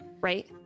right